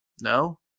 no